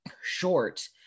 short